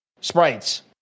sprites